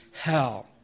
hell